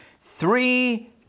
Three